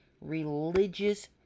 religious